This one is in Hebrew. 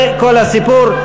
זה כל הסיפור.